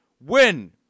win